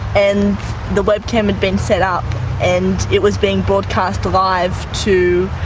and the webcam had been set up and it was being broadcast live to